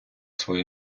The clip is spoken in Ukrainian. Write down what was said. свою